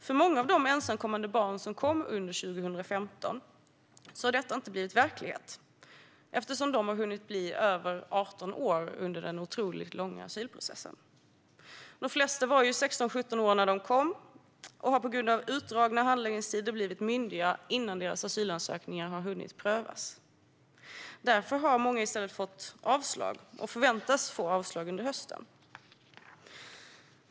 För många av de ensamkommande barn som kom under 2015 har detta inte blivit verklighet eftersom de har hunnit bli över 18 år under den otroligt långa asylprocessen. De flesta var 16-17 år när de kom, och de har på grund av de utdragna handläggningstiderna hunnit bli myndiga innan deras asylansökningar prövats. Därför har många i stället fått avslag och förväntas få avslag under hösten.